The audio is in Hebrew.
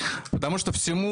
עוד חודש יקבל מעמד?